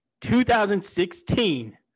2016